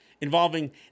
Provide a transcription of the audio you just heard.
involving